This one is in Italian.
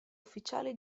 ufficiale